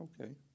Okay